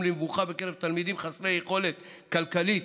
למבוכה בקרב תלמידים חסרי יכולת כלכלית